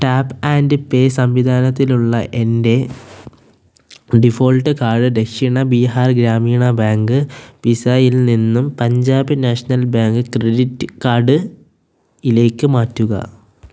tap and pay സംവിധാനത്തിലുള്ള എൻ്റെ default card Dakshin Bihar Gramin bank Visa ഇൽ നിന്നും Punjab national bank credit card ഇലേക്ക് മാറ്റുക